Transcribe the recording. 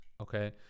okay